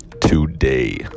Today